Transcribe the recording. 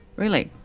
really.